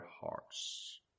hearts